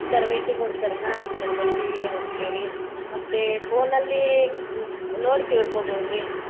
ತರಬೇತಿ ಕೊಡ್ತಾರೆ ಹಾಂ ತರಬೇತಿಗೆ ಹೋಗ್ತೇವೆ ರೀ ಮತ್ತು ಫೋನಲ್ಲಿ ನೋಡಿ ತಿಳ್ಕೋಬೌದು ರೀ